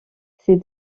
ses